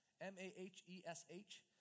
M-A-H-E-S-H